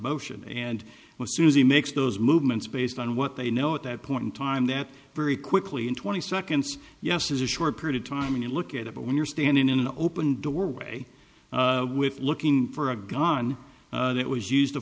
motion and will soon as he makes those movements based on what they know at that point in time that very quickly in twenty seconds yes is a short period of time when you look at it but when you're standing in an open doorway with looking for a gun that was used to